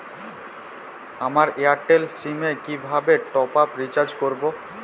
আমার Airtel sim এ কিভাবে টপ আপ রিচার্জ করবো?